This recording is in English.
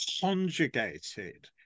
conjugated